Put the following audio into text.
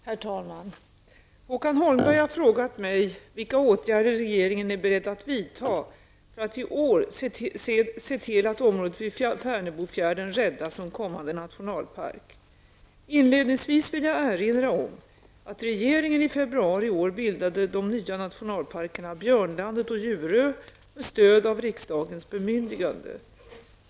Herr talman! Håkan Holmberg har frågat mig vilka åtgärder regeringen är beredd att vidta för att i år se till att området vid Färnebofjärden räddas som kommande nationalpark. Inledningsvis vill jag erinra om att regeringen i februari i år bildade de nya nationalparkerna Björnlandet och Djurö med stöd av riksdagens bemyndigande.